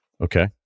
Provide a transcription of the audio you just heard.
Okay